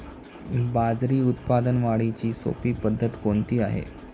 बाजरी उत्पादन वाढीची सोपी पद्धत कोणती आहे?